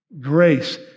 Grace